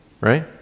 Right